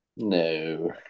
No